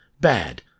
Bad